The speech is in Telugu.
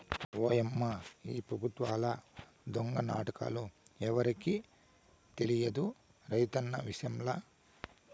ఓయమ్మా ఈ పెబుత్వాల దొంగ నాటకాలు ఎవరికి తెలియదు రైతన్న విషయంల